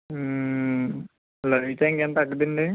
లలిత ఇంకేం తగ్గదండి